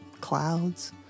clouds